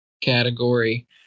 category